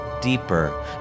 deeper